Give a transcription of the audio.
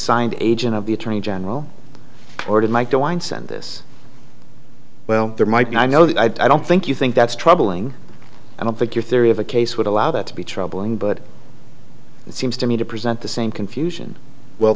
signed agent of the attorney general or did mike de wine send this well there might be i know that i don't think you think that's troubling i don't think your theory of a case would allow that to be troubling but it seems to me to present the same confusion well